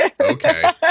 Okay